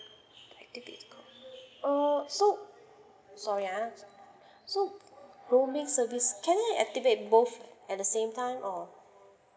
activate the call oh so sorry ah so roaming service can you activate both at the same time oo